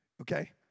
okay